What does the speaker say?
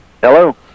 Hello